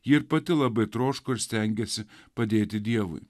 ji pati labai troško ir stengiasi padėti dievui